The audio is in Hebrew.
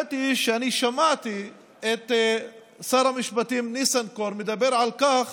האמת היא שאני שמעתי את שר המשפטים ניסנקורן מדבר על כך